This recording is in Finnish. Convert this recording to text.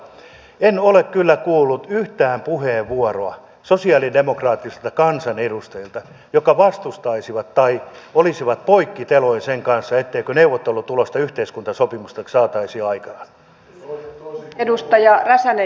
en ole kyllä kuullut yhtään puheenvuoroa sosialidemokraattisilta kansanedustajilta jossa vastustettaisiin tai oltaisiin poikkiteloin sen kanssa etteikö neuvottelutulosta yhteiskuntasopimuksesta saataisi jo aikaan